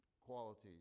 qualities